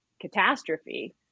catastrophe